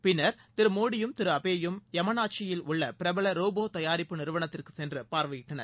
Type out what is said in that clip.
பின்னர் திரு மோடியும் திரு அபேயும் யமாநாஷியில் உள்ள பிரபல ரோபோ தயாரிப்பு நிறுவனத்திற்கு சென்று பார்வையிட்டனர்